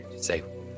Say